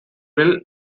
will